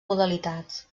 modalitats